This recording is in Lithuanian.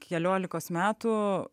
keliolikos metų